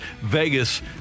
Vegas